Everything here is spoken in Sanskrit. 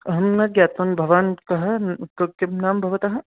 अहं न ज्ञातं भवान् कः किं नाम भवतः